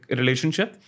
relationship